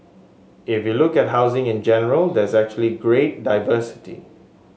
if you look at housing in general there's actually great diversity